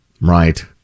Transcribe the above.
Right